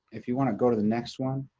if you wanna go to the next one,